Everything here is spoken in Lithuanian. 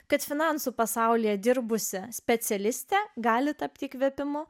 kad finansų pasaulyje dirbusią specialistę gali tapti įkvėpimu